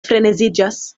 freneziĝas